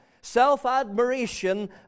self-admiration